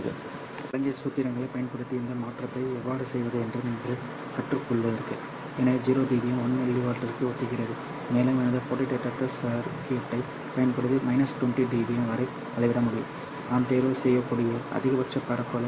எனவே உங்களுக்கு வழங்கிய சூத்திரங்களைப் பயன்படுத்தி இந்த மாற்றத்தை எவ்வாறு செய்வது என்று நீங்கள் கற்றுக் கொள்கிறீர்கள் எனவே 0 dBm 1 mw ற்கு ஒத்திருக்கிறது மேலும் எனது ஃபோட்டோ டிடெக்டர் சர்க்யூட்டைப் பயன்படுத்தி 20 dBm வரை அளவிட முடியும் நான் தேர்வுசெய்யக்கூடிய அதிகபட்ச பரப்பளவு என்ன